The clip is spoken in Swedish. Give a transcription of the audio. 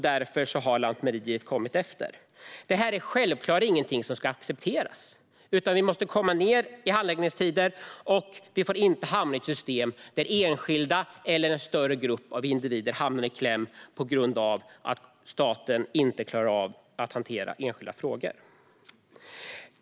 Därför har Lantmäteriet kommit efter. Detta är självklart ingenting som ska accepteras, utan vi måste komma ned i handläggningstider. Vi får inte hamna i ett system där enskilda eller en större grupp av individer hamnar i kläm på grund av att staten inte klarar av att hantera enskilda frågor.